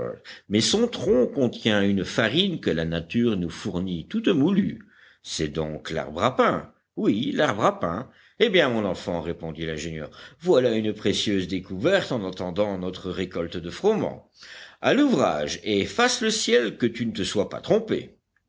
mais son tronc contient une farine que la nature nous fournit toute moulue c'est donc l'arbre à pain oui l'arbre à pain eh bien mon enfant répondit l'ingénieur voilà une précieuse découverte en attendant notre récolte de froment à l'ouvrage et fasse le ciel que tu ne te sois pas trompé